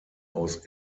aus